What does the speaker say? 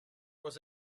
was